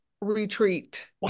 retreat